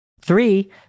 Three